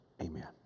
amen